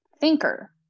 thinker